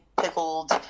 pickled